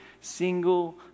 single